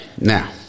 now